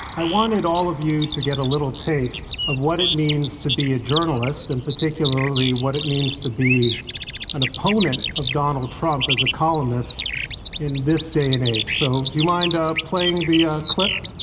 i wanted all of you to get a little taste of what it means to be a journalist, and particularly, what it means to be an opponent of donald trump as a columnist in this day and age. so, do you mind ah playing the ah clip?